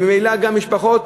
וממילא גם משפחות,